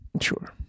Sure